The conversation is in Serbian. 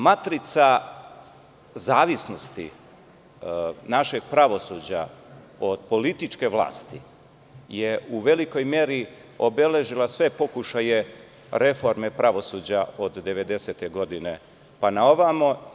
Matrica zavisnosti našeg pravosuđa od političke vlasti je u velikoj meri obeležila sve pokušaje reforme pravosuđa od 1990. godine pa na ovamo.